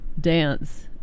dance